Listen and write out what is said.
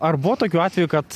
ar buvo tokių atvejų kad